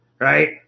right